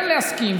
כן להסכים?